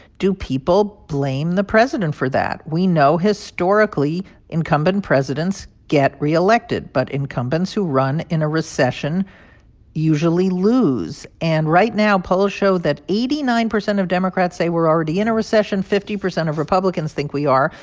do people blame the president for that? we know historically incumbent presidents get reelected, but incumbents who run in a recession usually lose. and right now, polls show that eighty nine percent of democrats say we're already in a recession, fifty percent of republicans think we are.